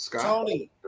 Tony